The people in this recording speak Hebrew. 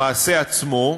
המעשה עצמו,